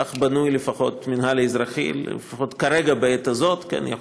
כך בנוי, לפחות כרגע, בעת הזאת, המינהל האזרחי.